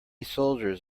soldiers